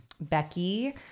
Becky